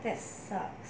that sucks